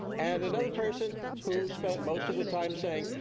and another person who spent most of the time saying,